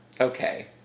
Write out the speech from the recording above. Okay